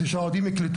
הוא לא ניתן